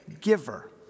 giver